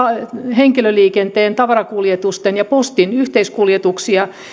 henkilöliikenteen tavarakuljetusten ja postin yhteiskuljetuksia